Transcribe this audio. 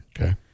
Okay